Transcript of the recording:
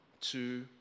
two